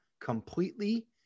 completely